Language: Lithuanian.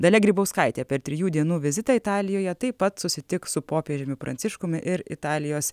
dalia grybauskaitė per trijų dienų vizitą italijoje taip pat susitiks su popiežiumi pranciškumi ir italijos